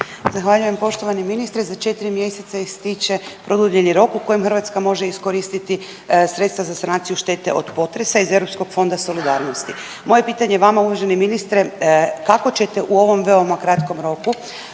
Zahvaljujem poštovani ministre. Za 4 mjeseca ističe produljeni rok u kojem Hrvatska može iskoristiti sredstva za sanaciju štete od potresa iz Europskog fonda solidarnosti. Moje pitanje vama uvaženi ministre kako ćete u ovom veoma kratkom roku